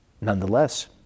nonetheless